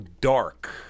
dark